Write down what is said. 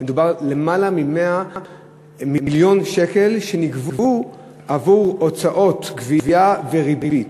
על למעלה מ-100 מיליון שקל שנגבו בעבור הוצאות גבייה וריבית.